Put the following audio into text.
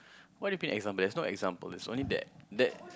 why you looking at example there's no example is only that that